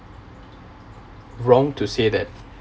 wrong to say that